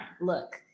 Look